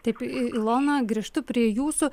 taip i ilona grįžtu prie jūsų